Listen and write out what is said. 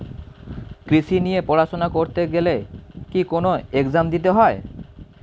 কৃষি নিয়ে পড়াশোনা করতে গেলে কি কোন এগজাম দিতে হয়?